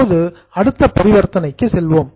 இப்போது அடுத்த பரிவர்த்தனைக்கு செல்வோம்